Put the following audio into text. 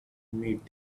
meet